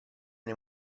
nei